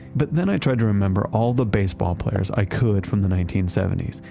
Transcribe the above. but then i tried to remember all the baseball players i could from the nineteen seventy s.